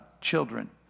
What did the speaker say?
children